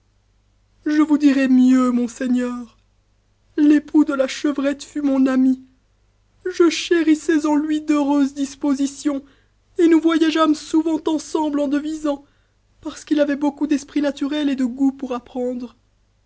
je vous dirai mieux monseigneur l'époux de la chevrette fut mon ami je chérissais on lui d'heureuses dispositions et nous voyageâmes souvent enscmble en devisant parce qu'il avait beaucoup d'esprit naturel et de goût pour apprendre